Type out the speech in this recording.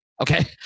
Okay